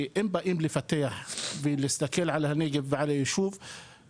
שאם באים לפתח ולהסתכל על הנגב ועל היישוב,